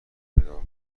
پیدا